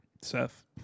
Seth